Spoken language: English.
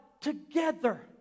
together